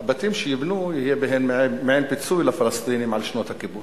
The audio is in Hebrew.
הבתים שייבנו יהיה בהם מעין פיצוי לפלסטינים על שנות הכיבוש.